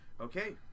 Okay